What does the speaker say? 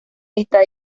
está